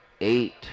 eight